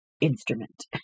instrument